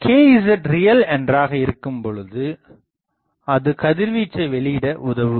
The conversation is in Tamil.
Kz ரியல் என்றாக இருக்கும்பொழுது அது கதிர்வீச்சை வெளியிட உதவுகிறது